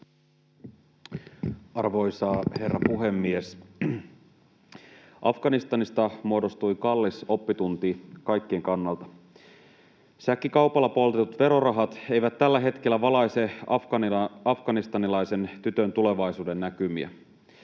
Arvoisa herra puhemies! Afganistanista muodostui kallis oppitunti kaikkien kannalta. Säkkikaupalla poltetut verorahat eivät tällä hetkellä valaise afganistanilaisen tytön tulevaisuudennäkymiä.